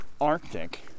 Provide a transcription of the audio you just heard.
arctic